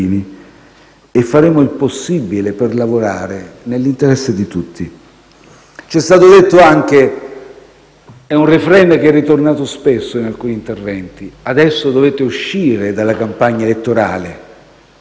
faremo il possibile per lavorare nell'interesse di tutti. Ci è stato anche detto, con un *refrain* che è tornato spesso in alcuni interventi, che adesso dobbiamo uscire dalla campagna elettorale.